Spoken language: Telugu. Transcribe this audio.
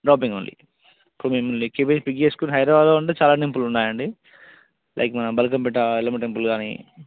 డ్రాపింగ్ ఓన్లీ సో మిమ్మల్ని కేపీహెచ్బీ పిక్ చేసుకుని హైదరాబాద్ లో చాలా టెంపుల్స్ ఉన్నాయండి లైక్ మన బల్కంపేట ఎల్లమ్మ టెంపుల్ కానీ